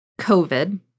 COVID